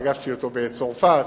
שפגשתי בצרפת,